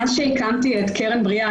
מאז שהקמתי את קרן בריאה,